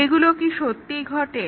এগুলো কি সত্যিই ঘটে